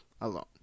alone